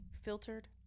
filtered